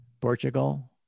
Portugal